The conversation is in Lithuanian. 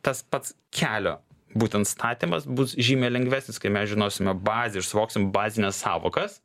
tas pats kelio būtent statymas bus žymiai lengvesnis kai mes žinosime bazių ir suvoksim bazines sąvokas